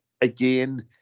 again